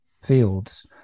fields